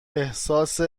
احساس